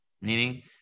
Meaning